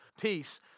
peace